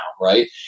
right